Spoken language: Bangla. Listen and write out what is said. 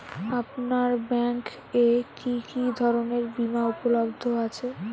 আপনার ব্যাঙ্ক এ কি কি ধরনের বিমা উপলব্ধ আছে?